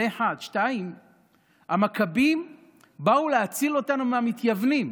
זה, 1. 2. המכבים באו להציל אותנו מהמתייוונים.